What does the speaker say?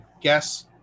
guess